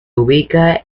ubicada